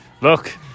look